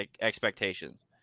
expectations